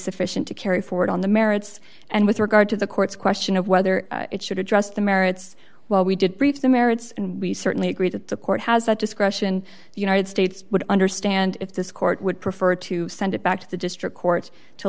sufficient to carry forward on the merits and with regard to the court's question of whether it should address the merits while we did reach the merits and we certainly agree that the court has that discretion the united states would understand if this court would prefer to send it back to the district court to